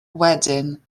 wedyn